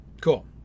Cool